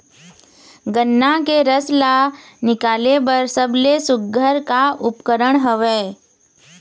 गन्ना के रस ला निकाले बर सबले सुघ्घर का उपकरण हवए?